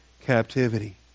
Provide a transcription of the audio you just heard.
captivity